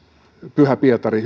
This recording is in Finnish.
pyhä pietari